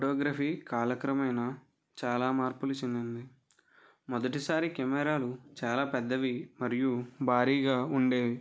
photography కాలక్రమేణా చాలా మార్పులు చెందింది మొదటిసారి కెమెరాలు చాలా పెద్దవి మరియు భారీగా ఉండేవి